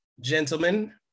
gentlemen